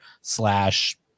slash